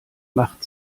macht